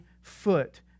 foot